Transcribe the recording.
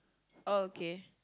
oh okay